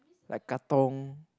like Katong